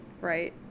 right